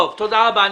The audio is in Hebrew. תודה רבה.